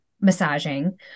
massaging